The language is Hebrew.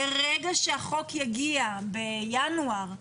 ברגע שהחוק יגיע בינואר,